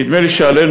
נדמה לי שעלינו,